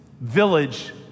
village